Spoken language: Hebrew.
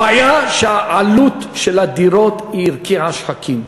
הבעיה היא שעלות הדירות הרקיעה שחקים.